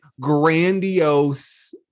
grandiose